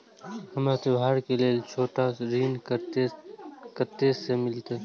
हमरा त्योहार के लेल छोट ऋण कते से मिलते?